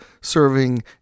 serving